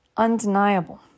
undeniable